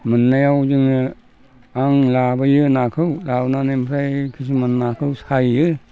मोननायाव जोङो आं लाबोयो नाखौ लाबोनानै ओमफ्राय किसुमान नाखौ सायो